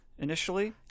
initially